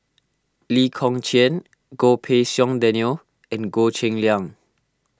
Lee Kong Chian Goh Pei Siong Daniel and Goh Cheng Liang